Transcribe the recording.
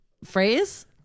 Phrase